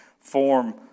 form